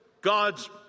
God's